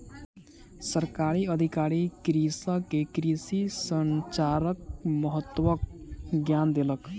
सरकारी अधिकारी कृषक के कृषि संचारक महत्वक ज्ञान देलक